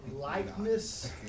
likeness